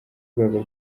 rwego